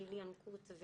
גיל ינקות.